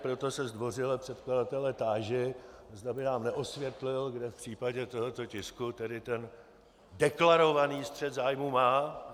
Proto se zdvořile předkladatele táži, zda by nám neosvětlil, kde v případě tohoto tisku ten deklarovaný střet zájmů má.